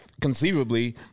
Conceivably